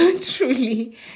truly